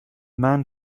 man